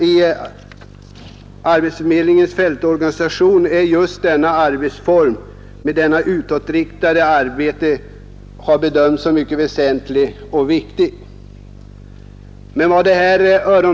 I arbetsförmedlingens fältorganisation har just denna arbetsform med utåtriktat arbete bedömts som synnerligen väsentlig och viktig.